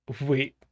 wait